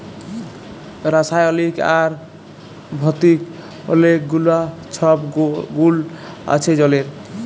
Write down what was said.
রাসায়লিক আর ভতিক অলেক গুলা ছব গুল আছে জলের